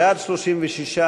בעד 36,